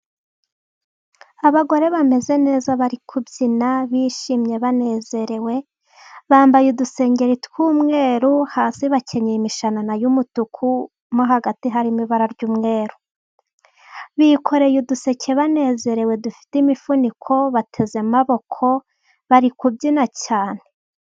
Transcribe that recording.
Abagore bameze neza, bari kubyina bishimye, banezerewe, bambaye udusengeri tw'umweru, hasi bakenyeye imishanana y'umutuku, mo hagati hari ibara ry'umweru, bikoreye uduseke banezerewe, dufite imifuniko, bateze amaboko, bari kubyina cyane.